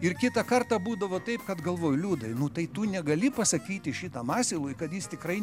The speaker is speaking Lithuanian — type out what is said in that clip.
ir kitą kartą būdavo taip kad galvoju liudai nu tai tu negali pasakyti šitam asilui kad jis tikrai